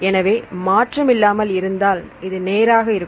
எனவே மாற்றம் இல்லாமல் இருந்தால் இது நேராக இருக்கும்